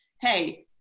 hey